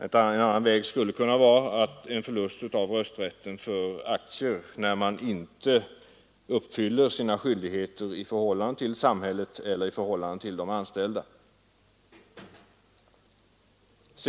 En annan väg skulle kunna vara förlust av rösträtten för aktier, när man inte uppfyller sina skyldigheter i förhållande till samhället eller i förhållande till de anställda.